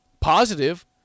positive